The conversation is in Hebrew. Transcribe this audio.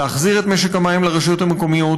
להחזיר את משק המים לרשויות המקומיות